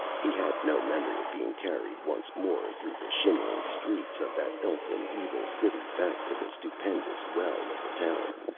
he had no memory of being carried once more through the shimmering streets of that elfin, evil city, back to the stupendous well of the tower,